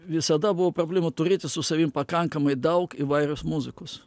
visada buvo problemų turėti su savim pakankamai daug įvairios muzikos